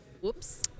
Whoops